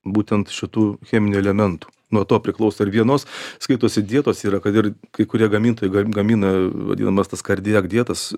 būtent šitų cheminių elementų nuo to priklauso ir vienos skaitosi dietos yra kad ir kai kurie gamintojai gam gamina vadinamas tas kardiak dietas